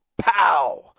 Pow